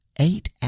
eight